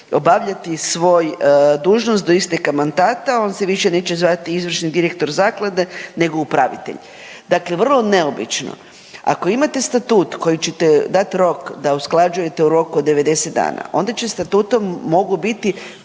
obavljati svoju dužnost do isteka mandata. On se više neće zvati izvršni direktor zaklade nego upravitelj. Dakle, vrlo neobično. Ako imate statut koji ćete dat rok da usklađujete u roku od 90 dana onda statutom mogu biti